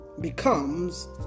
becomes